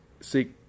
seek